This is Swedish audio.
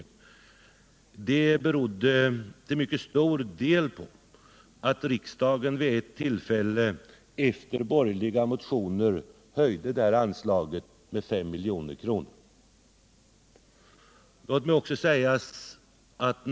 En mycket stor del härav bestod av den höjning av anslaget med 5 milj.kr. som skedde vid ett tillfälle efter framställningar i borgerliga motioner.